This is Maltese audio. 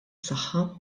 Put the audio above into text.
saħħa